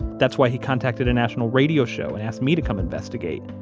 that's why he contacted a national radio show and asked me to come investigate.